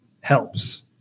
helps